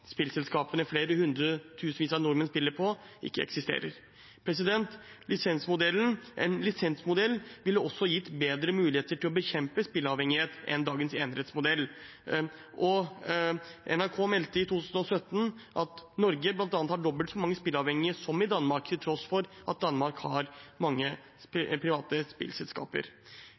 spillselskapene flere hundre tusen nordmenn spiller hos, ikke eksisterer. En lisensmodell ville også gitt bedre muligheter til å bekjempe spilleavhengighet enn dagens enerettsmodell. NRK meldte i 2017 at Norge bl.a. har dobbelt så mange spilleavhengige som Danmark, til tross for at Danmark har mange private spillselskaper.